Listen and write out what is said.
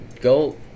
go